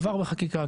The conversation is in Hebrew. עבר בחקיקה,